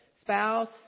spouse